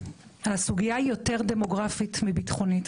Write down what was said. הסוגיה יותר דמוגרפית מביטחונית,